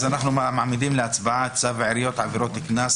אז אנחנו מעמידים להצבעה את צו העיריות (עבירות קנס),